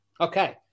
Okay